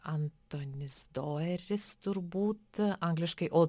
antonis doeris turbūt angliškai o